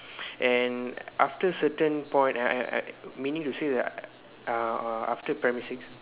and after certain point I I meaning to say that I uh after primary six